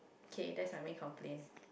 okay that's my main complaint